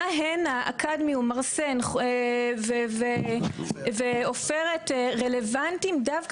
מהם הם הקדמיום או ארסן או עופרת רלוונטיים דווקא